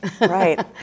Right